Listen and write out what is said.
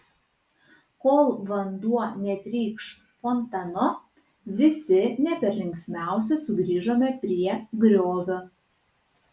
kol vanduo netrykš fontanu visi ne per linksmiausi sugrįžome prie griovio